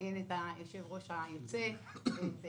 הן את המנכ"ל היוצא, ואת